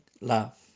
love